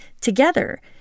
together